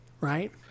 Right